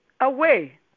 away